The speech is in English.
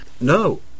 no